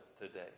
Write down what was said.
today